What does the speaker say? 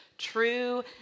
true